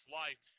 life